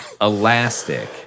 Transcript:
elastic